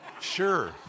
Sure